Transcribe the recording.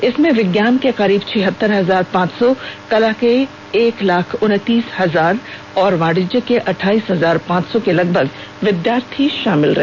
इसमें विज्ञान के करीब छिहतर हजार पांच सौ कला के एक लाख उनतीस हजार और वाणिज्य के अठाईस हजार पांच सौ के लगभग विद्यार्थी शामिल हैं